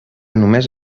només